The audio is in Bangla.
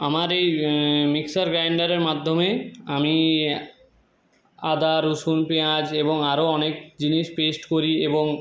আমার এই মিক্সার গ্রাইন্ডারের মাধ্যমে আমি আদা রসুন পেঁয়াজ এবং আরো অনেক জিনিস পেস্ট করি এবং